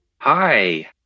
Hi